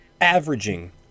averaging